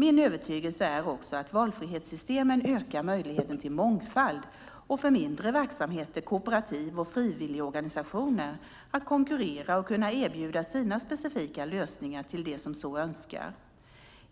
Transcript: Min övertygelse är också att valfrihetssystemen ökar möjligheten till mångfald och för mindre verksamheter, kooperativ och frivilligorganisationer, att konkurrera och kunna erbjuda sina specifika lösningar till dem som så önskar.